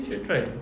you should try